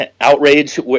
Outrage